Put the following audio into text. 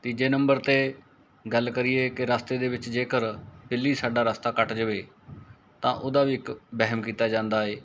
ਤੀਜੇ ਨੰਬਰ 'ਤੇ ਗੱਲ ਕਰੀਏ ਕਿ ਰਸਤੇ ਦੇ ਵਿੱਚ ਜੇਕਰ ਬਿੱਲੀ ਸਾਡਾ ਰਸਤਾ ਕੱਟ ਜਾਵੇ ਤਾਂ ਉਹਦਾ ਵੀ ਇੱਕ ਵਹਿਮ ਕੀਤਾ ਜਾਂਦਾ ਏ